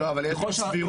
לא, לא, אבל יש גם סבירות.